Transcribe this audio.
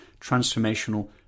transformational